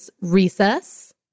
Recess